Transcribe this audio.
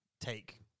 take